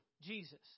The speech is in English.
Jesus